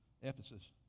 Ephesus